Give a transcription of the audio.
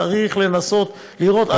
צריך לנסות לראות.